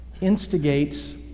instigates